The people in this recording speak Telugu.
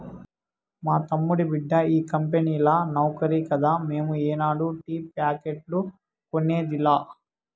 మా తమ్ముడి బిడ్డ ఈ కంపెనీల నౌకరి కదా మేము ఏనాడు టీ ప్యాకెట్లు కొనేదిలా